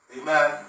Amen